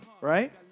right